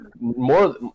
more